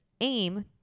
aim